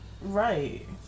Right